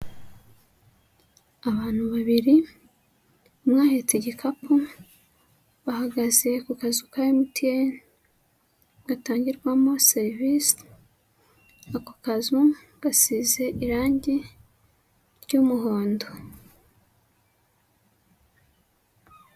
Abantu babiri, umwe ahetse igikapu bahagaze ku kazu ka Emutiyeni gatangirwamo serivise, ako kazu gasize irange ry'umuhondo.